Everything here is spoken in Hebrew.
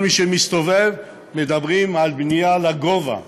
כל מי שמסתובב, מדברים על בנייה לגובה,